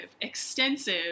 extensive